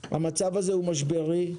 המצב הזה הוא משברי.